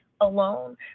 alone